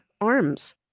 arms